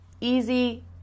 Easy